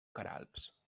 queralbs